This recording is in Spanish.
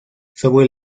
sobre